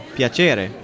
piacere